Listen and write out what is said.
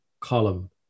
column